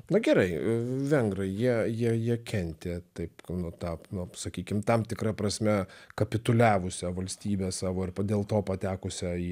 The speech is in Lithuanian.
na gerai vengrai jie jie jie kentė taip nu tap nu sakykim tam tikra prasme kapituliavusią valstybę savo ir dėl to patekusią į